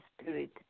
spirit